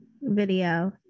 video